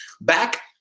Back